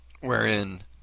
wherein